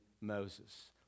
Moses